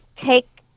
take